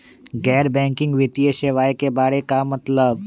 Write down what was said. गैर बैंकिंग वित्तीय सेवाए के बारे का मतलब?